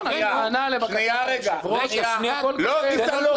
ניסן, לא.